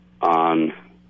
on